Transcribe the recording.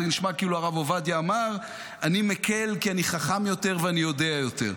זה נשמע כאילו הרב עובדיה אמר: אני מקל כי אני חכם יותר ואני יודע יותר.